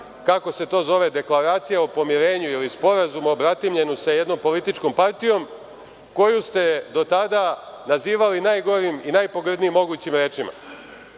kako se to zove, deklaracija o pomirenju ili sporazumu o bratimljenju sa jednom političkom partijom koju ste do tada nazivali najgorim i najpogrdnijim mogućim rečima.